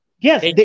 Yes